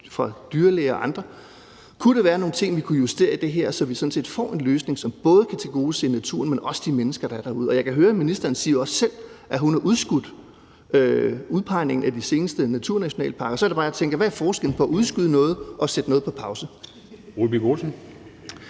for at se, om der kunne være nogle ting, vi kunne justere i det her, så vi får en løsning, som både kan tilgodese naturen, men også de mennesker, der er derude? Jeg kan høre, at ministeren også selv siger, at hun har udskudt udpegningen af de seneste naturnationalparker, og så er det bare, at jeg tænker: Hvad er forskellen på at udskyde noget og sætte noget på pause? Kl.